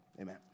amen